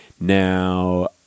Now